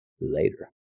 later